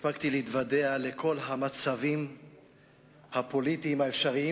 הספקתי להתוודע לכל המצבים הפוליטיים האפשריים,